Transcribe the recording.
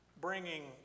bringing